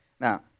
Now